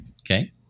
Okay